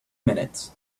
minutes